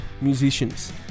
musicians